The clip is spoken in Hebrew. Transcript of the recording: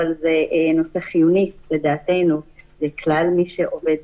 אבל זה נושא חיוני לדעתנו לכלל מי שעובד